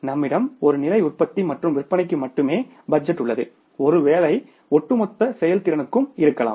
நம்மிடம் ஒரு நிலை உற்பத்தி மற்றும் விற்பனைக்கு மட்டுமே பட்ஜெட் உள்ளது ஒருவேலை ஒட்டுமொத்த செயல்திறனுக்கும் இருக்கலாம்